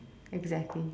exactly